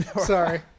Sorry